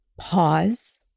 Pause